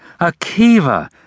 Akiva